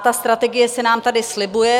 Ta strategie se nám tady slibuje.